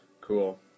cool